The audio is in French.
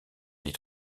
les